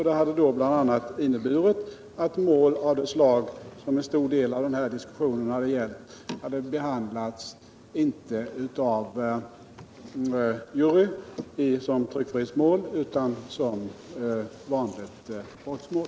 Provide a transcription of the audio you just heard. Det hade bl.a. inneburit att mål av det slag som en stor del av denna diskussion har rört sig om hade behandlats inte av en jury i tryckfrihetsmål utan som vanliga brottmål.